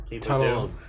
tunnel